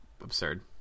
absurd